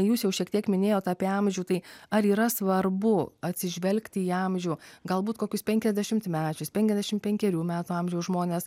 jūs jau šiek tiek minėjot apie amžių tai ar yra svarbu atsižvelgti į amžių galbūt kokius penkiasdešimtmečius penkiasdešimt penkerių metų amžiaus žmones